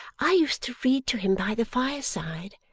i used to read to him by the fireside,